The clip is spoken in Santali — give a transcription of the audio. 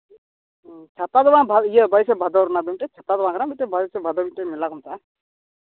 ᱪᱷᱟᱛᱟ ᱫᱚ ᱵᱟᱝ ᱵᱟᱭᱤᱥᱮ ᱵᱷᱟᱫᱚᱨ ᱪᱷᱟᱛᱟ ᱫᱚ ᱵᱟᱝ ᱠᱟᱱᱟ ᱵᱟᱭᱤᱥᱮ ᱵᱷᱟᱫᱚᱨ ᱢᱤᱫᱴᱮᱱ ᱢᱮᱞᱟ ᱠᱚ ᱢᱮᱛᱟᱜᱼᱟ